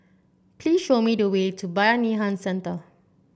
please show me the way to Bayanihan Centre